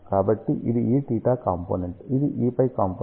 కాబట్టి ఇది Eθ component ఇది Eφ కాంపోనెంట్